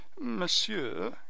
monsieur